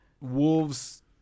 Wolves